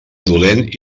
dolent